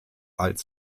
als